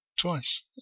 twice